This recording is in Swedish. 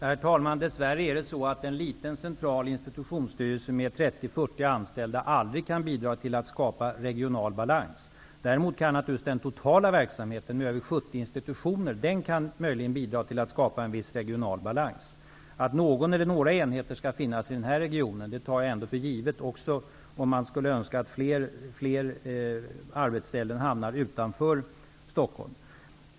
Herr talman! Dess värre kan en liten central institutionsstyrelse med 30--40 anställda aldrig bidra till att skapa regional balans. Däremot kan den totala verksamheten, med över 70 institutioner, möjligen bidra till att skapa en viss regional balans. Att någon eller några enheter skall finnas i Stockholmsregionen tar jag för givet, också om man skulle önska att fler arbetsställen hamnar utanför Stockholm.